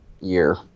year